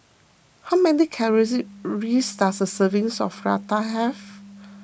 how many does a serving of Raita have